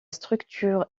structure